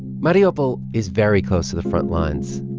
mariupol is very close to the frontlines.